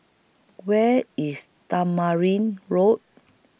Where IS Tamarind Road